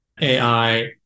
AI